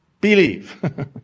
Believe